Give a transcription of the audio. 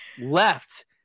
left